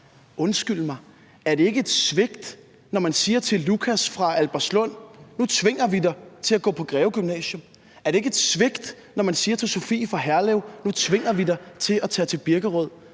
Undskyld mig, er det ikke et svigt, når man siger til Lukas fra Albertslund: Nu tvinger vi dig til at gå på Greve Gymnasium? Er det ikke et svigt, når man siger til Sofie fra Herlev: Nu tvinger vi dig til at tage til Birkerød?